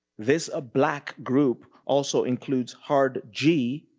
this a black group also includes hard g,